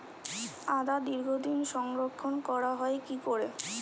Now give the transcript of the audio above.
আদা দীর্ঘদিন সংরক্ষণ করা হয় কি করে?